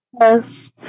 Yes